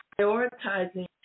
prioritizing